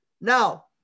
Now